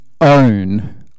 own